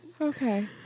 Okay